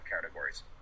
categories